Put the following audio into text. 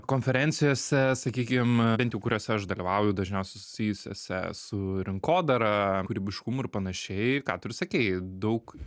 konferencijose sakykim bent jau kuriose aš dalyvauju dažniausiai susijusiose su rinkodara kūrybiškumu ir panašiai ką tu ir sakei daug